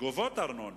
גובות ארנונה,